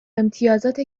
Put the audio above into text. امتیازات